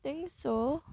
think so